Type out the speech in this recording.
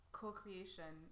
co-creation